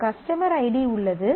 ஒரு customer ID உள்ளது